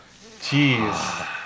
Jeez